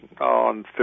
on